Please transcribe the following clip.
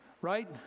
right